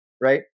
Right